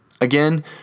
Again